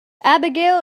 abigail